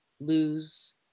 lose